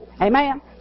Amen